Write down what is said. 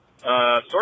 Sorry